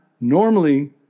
normally